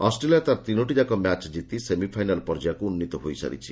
Australia ତା'ର ତିନୋଟିଯାକ match କିତି ସେମିଫାଇନାଲ୍ ପର୍ଯ୍ୟୟକୁ ଉନ୍ନୀତ ହୋଇସାରିଛି